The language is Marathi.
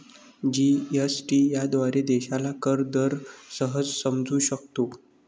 जी.एस.टी याद्वारे देशाला कर दर सहज समजू शकतो